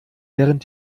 während